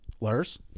Lurs